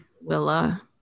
Willa